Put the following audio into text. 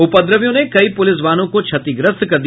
उपद्रवियों ने कई पुलिस वाहनों को क्षतिग्रस्त कर दिया